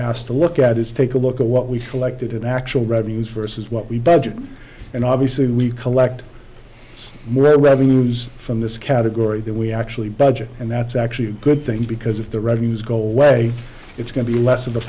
asked to look at is take a look at what we collected in actual revenues versus what we budgeted and obviously we collect more revenues from this category that we actually budget and that's actually a good thing because if the revenues go away it's going to be less of